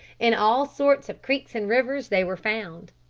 in all sorts of creeks and rivers they were found.